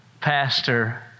Pastor